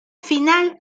final